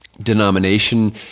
denomination